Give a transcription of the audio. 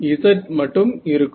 Z மட்டும் இருக்கும்